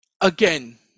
again